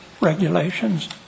regulations